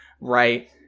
right